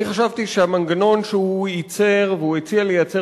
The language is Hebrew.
ואני חשבתי שהמנגנון שהוא ייצר והוא הציע לייצר